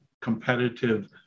competitive